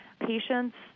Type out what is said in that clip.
patients